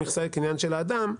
שמכסה היא קניין של אדם.